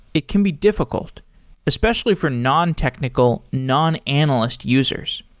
it can be difficult especially for nontechnical, non-analyst users.